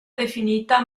definita